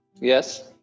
Yes